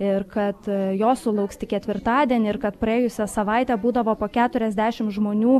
ir kad jos sulauks tik ketvirtadienį ir kad praėjusią savaitę būdavo po keturiasdešim žmonių